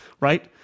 Right